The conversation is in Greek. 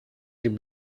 την